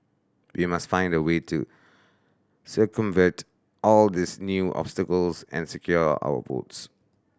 we must find a way to circumvent all these new obstacles and secure our votes